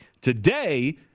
Today